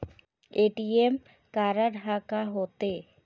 ATM card हा का होते?